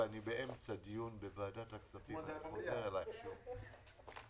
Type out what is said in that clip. אני לא משווה בית כנסת לאולם,